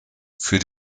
für